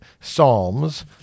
Psalms